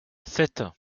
sept